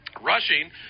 Rushing